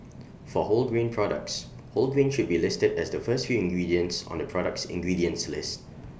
for wholegrain products whole grain should be listed as the first few ingredients on the product's ingredients list